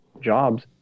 jobs